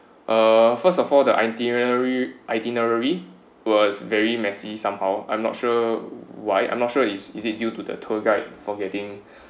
uh first of all the itinerary itinerary was very messy somehow I'm not sure why I'm not sure is is it due to the tour guide forgetting